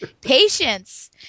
Patience